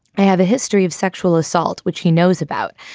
i have a history of sexual assault which he knows about,